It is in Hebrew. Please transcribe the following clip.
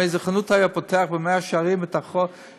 אם איזו חנות הייתה פותחת במאה שערים את החנות,